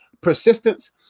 persistence